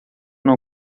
não